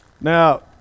Now